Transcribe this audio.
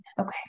Okay